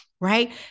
right